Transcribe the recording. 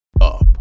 up